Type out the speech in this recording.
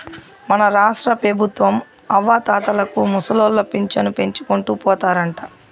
మన రాష్ట్రపెబుత్వం అవ్వాతాతలకు ముసలోళ్ల పింఛను పెంచుకుంటూ పోతారంట